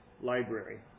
Library